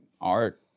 art